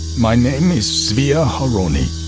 my name is zvi aharoni.